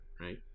right